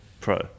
pro